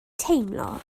teimlo